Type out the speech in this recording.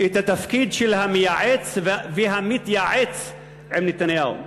את התפקיד של המייעץ והמתייעץ עם נתניהו,